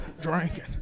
Drinking